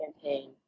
campaign